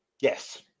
Yes